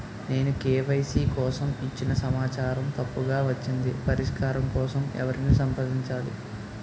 నేను కే.వై.సీ కోసం ఇచ్చిన సమాచారం తప్పుగా వచ్చింది పరిష్కారం కోసం ఎవరిని సంప్రదించాలి?